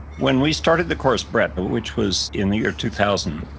when we started the course, brett, which was in the year two thousand,